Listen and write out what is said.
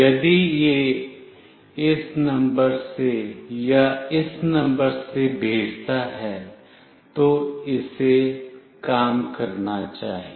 यदि यह इस नंबर से या इस नंबर से भेजता है तो इसे काम करना चाहिए